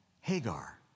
Hagar